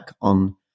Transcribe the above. on